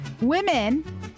women